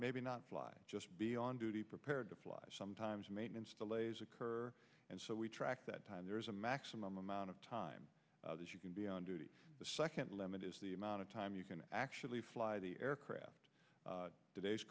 maybe not fly just be on duty prepared to fly sometimes maintenance delays occur and so we track that time there is a maximum amount of time that you can be on duty the second limit is the amount of time you can actually fly the aircraft